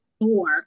four